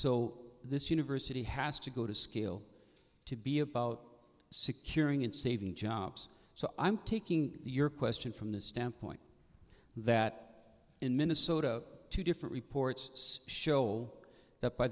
so this university has to go to scale to be about securing and saving jobs so i'm taking your question from the standpoint that in minnesota two different reports show that by